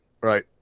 Right